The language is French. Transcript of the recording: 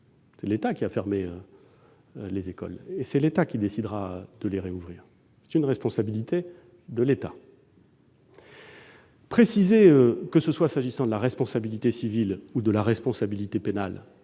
C'est l'État qui a fermé les écoles et c'est l'État qui décidera de les rouvrir. Il s'agit bien d'une responsabilité de l'État. Sans doute faut-il préciser, s'agissant de la responsabilité civile ou de la responsabilité pénale,